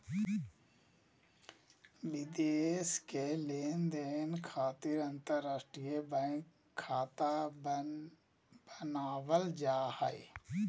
विदेश के लेनदेन खातिर अंतर्राष्ट्रीय बैंक खाता बनावल जा हय